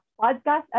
podcast